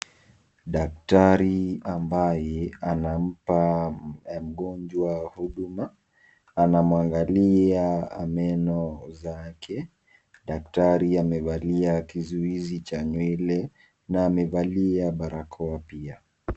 Daktari ambaye anampa mgonjwa huduma anamwangalia meno zake daktari amevalia kizuizi cha nywele na amevalia barakoa pia.